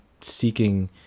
seeking